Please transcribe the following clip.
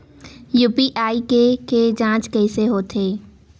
UPI के के जांच कइसे होथे?